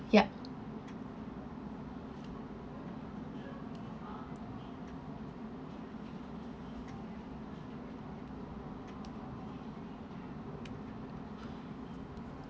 yup